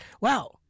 wow